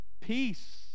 peace